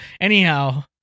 Anyhow